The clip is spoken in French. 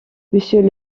monsieur